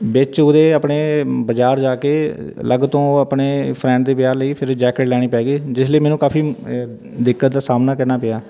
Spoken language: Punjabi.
ਵਿੱਚ ਉਹਦੇ ਆਪਣੇ ਬਾਜ਼ਾਰ ਜਾ ਕੇ ਅਲੱਗ ਤੋਂ ਆਪਣੇ ਫਰੈਂਡ ਦੇ ਵਿਆਹ ਲਈ ਫਿਰ ਜੈਕਟ ਲੈਣੀ ਪੈ ਗਈ ਜਿਸ ਲਈ ਮੈਨੂੰ ਕਾਫੀ ਦਿੱਕਤ ਦਾ ਸਾਹਮਣਾ ਕਰਨਾ ਪਿਆ